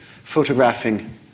photographing